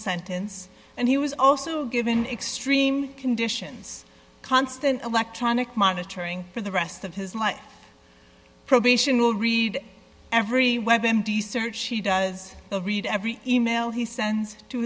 sentence and he was also given extreme conditions constant electronic monitoring for the rest of his life probational read every web empty search she does of read every email he sends to